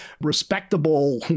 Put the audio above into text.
respectable